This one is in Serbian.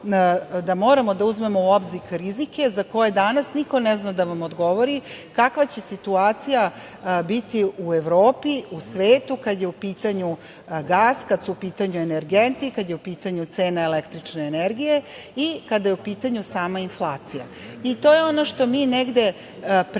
da moramo da uzmemo u obzir rizike za koje danas niko ne zna da vam odgovori kakva će situacija biti u Evropi, u svetu kada je u pitanju gas, kada su u pitanju energenti, kada je u pitanju cena električne energije i kada je u pitanju sama inflacija. To je ono što mi negde pretpostavljamo,